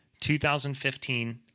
2015